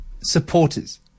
supporters –